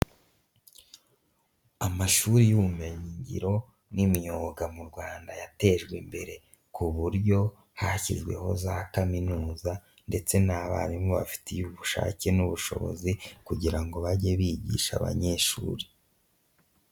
Amashuri y'ubumenyingiro n'imyuga mu Rwanda yatejwe imbere, ku buryo hashyizweho za kaminuza ndetse n'abarimu bafitiye ubushake n'ubushobozi kugira ngo bage bigisha abanyeshuri.